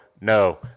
no